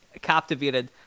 captivated